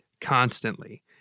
constantly